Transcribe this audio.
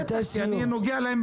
אני אומר,